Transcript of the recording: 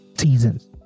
seasons